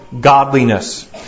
godliness